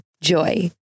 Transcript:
Joy